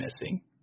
missing